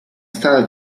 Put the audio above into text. stata